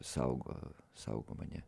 saugo saugo mane